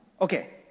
Okay